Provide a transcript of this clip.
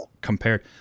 compared